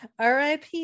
RIP